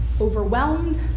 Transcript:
overwhelmed